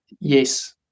Yes